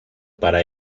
para